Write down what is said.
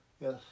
Yes